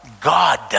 God